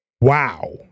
wow